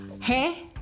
hey